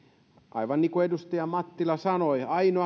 aivan niin kuin edustaja mattila sanoi ainoa